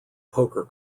poker